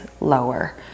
lower